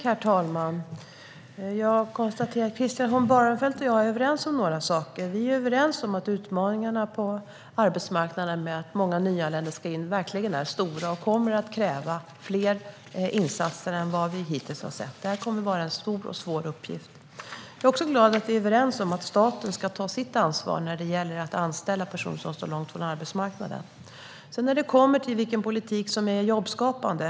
Herr talman! Jag konstaterar att Christian Holm Barenfeld och jag är överens om några saker. Vi är överens om att utmaningarna på arbetsmarknaden, där många nyanlända ska in, verkligen är stora och kommer att kräva fler insatser än vad vi hittills har sett. Det kommer att vara en stor och svår uppgift. Jag är också glad över att vi är överens om att staten ska ta sitt ansvar när det gäller att anställa personer som står långt från arbetsmarknaden. Sedan gäller det vilken politik som är jobbskapande.